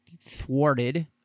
thwarted